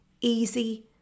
easy